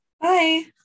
Bye